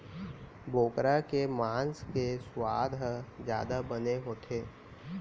बोकरा के मांस के सुवाद ह जादा बने होथे